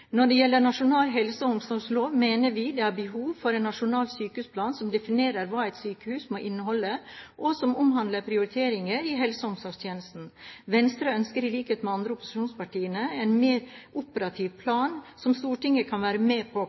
Når det gjelder nasjonal helse- og omsorgslov, mener vi det er behov for en nasjonal sykehusplan som definerer hva et sykehus må inneholde, og som omhandler prioriteringer i helse- og omsorgstjenestene. Venstre ønsker i likhet med de andre opposisjonspartiene en mer operativ plan, som Stortinget kan være med på